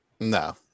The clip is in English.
No